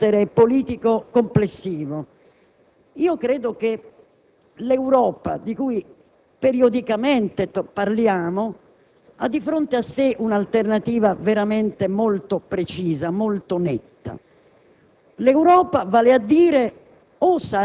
Vorrei fare solo una premessa di carattere politico complessivo. Credo che l'Europa di cui periodicamente parliamo abbia di fronte a sé un'alternativa molto precisa, molto netta: